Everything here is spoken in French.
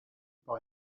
par